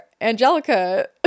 Angelica